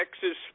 Texas